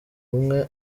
umwe